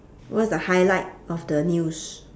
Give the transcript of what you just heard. what's the highlight of the news